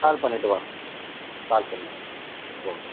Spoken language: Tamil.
கால் பண்ணிகிட்டு வாங்க கால் பண்ணிகிட்டு வாங்க ஓகே